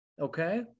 okay